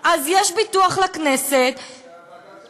אז שוועדת האתיקה